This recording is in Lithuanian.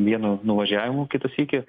vienu nuvažiavimu kitą sykį